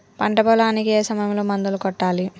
పంట పొలానికి ఏ సమయంలో మందులు కొట్టాలి?